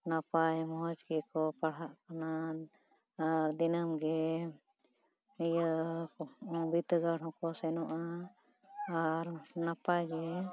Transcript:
ᱱᱟᱯᱟᱭ ᱢᱚᱡᱽ ᱜᱮᱠᱚ ᱯᱟᱲᱦᱟᱜ ᱠᱟᱱᱟ ᱟᱨ ᱫᱤᱱᱟᱹᱢᱜᱮ ᱤᱭᱟᱹ ᱵᱤᱫᱽᱫᱟᱹᱜᱟᱲ ᱦᱚᱸᱠᱚ ᱥᱮᱱᱚᱜᱼᱟ ᱟᱨ ᱱᱟᱯᱟᱭ ᱜᱮ